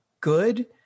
good